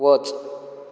वच